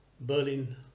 Berlin